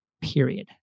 period